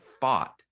fought